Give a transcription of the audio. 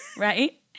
Right